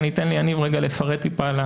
אני אתן ליניב לפרט טיפה.